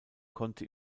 konnte